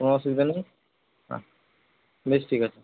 কোন অসুবিধা নেই হ্যাঁ বেশ ঠিক আছে